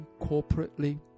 Corporately